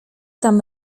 tam